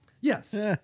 yes